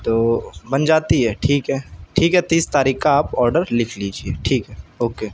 تو بن جاتی ہے ٹھیک ہے ٹھیک ہے تیس تاریخ کا آپ آڈر لکھ لیجیے ٹھیک ہے اوکے